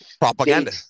propaganda